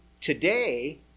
today